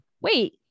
wait